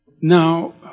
Now